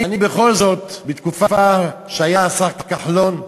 אני בכל זאת, בתקופה שהיה השר כחלון,